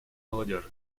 молодежи